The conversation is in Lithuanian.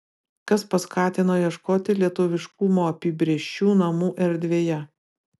kas paskatino ieškoti lietuviškumo apibrėžčių namų erdvėje